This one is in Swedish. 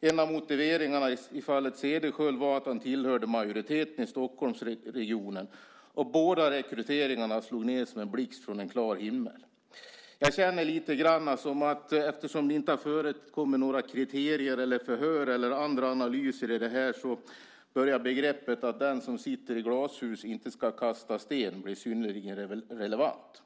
En av motiveringarna i fallet Cederschiöld var att han tillhör majoriteten i Stockholmsregionen, och båda rekryteringarna slog ned som en blixt från en klar himmel. Jag känner lite grann, eftersom det inte har förekommit några kriterier, förhör eller andra analyser i det här, att uttrycket att den som sitter i glashus inte ska kasta sten börjar bli synnerligen relevant.